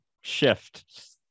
shift